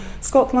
Scotland